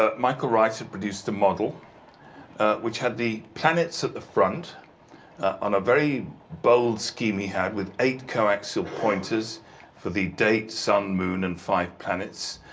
ah michael wright had produced the model which had the planets at the front on a very bold scheme he had with eight coaxial pointers for the dates sun, moon and five planets.